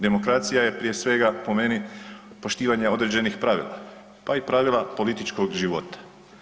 Demokracija je prije svega, po meni poštivanje određenih pravila, pa i pravila političkog života.